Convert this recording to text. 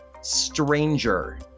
Stranger